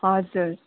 हजुर